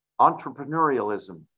entrepreneurialism